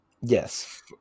yes